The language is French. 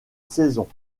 saison